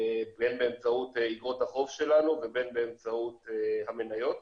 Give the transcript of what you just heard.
בין באמצעות אגרות החוב שלנו ובין באמצעות המניות.